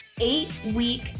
eight-week